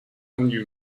unusual